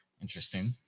Interesting